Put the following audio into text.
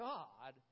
God